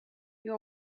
you